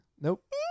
Nope